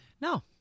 No